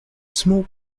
small